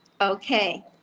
okay